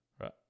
Right